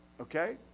Okay